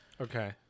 Okay